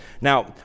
Now